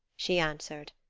she answered.